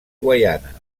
guaiana